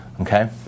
okay